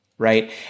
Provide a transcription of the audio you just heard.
Right